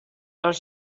els